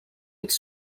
its